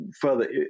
further